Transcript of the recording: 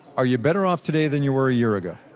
are you better off today than you were a year ago?